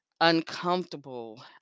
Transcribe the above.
uncomfortable